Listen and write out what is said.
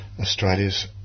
Australia's